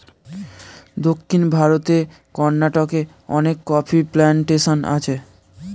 দক্ষিণ ভারতের কর্ণাটকে অনেক কফি প্ল্যান্টেশন আছে